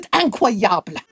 incroyable